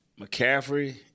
McCaffrey